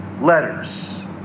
Letters